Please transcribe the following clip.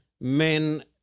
men